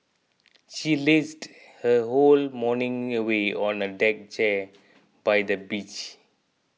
she lazed her whole morning away on a deck chair by the beach